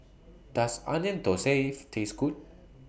Does Onion Thosai Taste Good